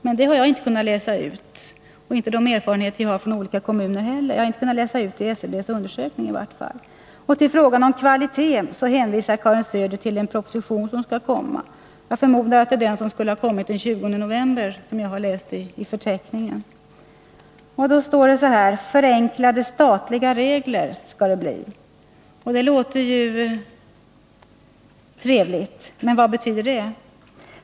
Men det kan jag inte utläsa i SCB:s undersökning, och inte heller de erfarenheter jag har från olika kommuner tyder på detta. När det gäller frågan om kvalitet hänvisar Karin Söder till en proposition som skall komma. Jag förmodar att det är den som skulle komma den 20 november och som jag har läst om i propositionsförteckningen. ”Förenklade statliga regler” skall det bli, står det. Det låter ju trevligt, men vad betyder det?